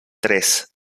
tres